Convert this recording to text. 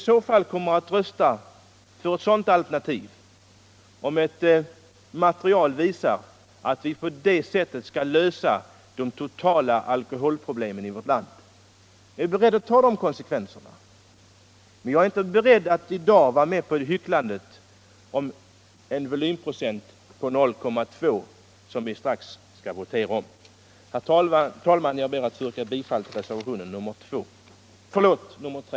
Jag kommer att rösta för ett sådant alternativ, om ett material visar att vi på det sättet skulle lösa det totala alkoholproblemet i vårt land. Jag är beredd att ta de konsekvenserna. Men jag är inte beredd att i dag vara med på hycklandet om en skillnad på 0,2 viktprocent som vi strax skall votera om. Herr talman! Jag ber att få yrka bifall till reservationen 3.